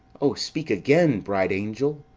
o, speak again, bright angel!